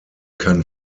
kann